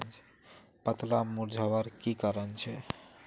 पत्ताला मुरझ्वार की कारण छे?